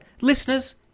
listeners